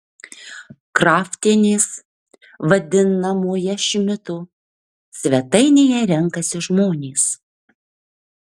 kraftienės vadinamoje šmito svetainėje renkasi žmonės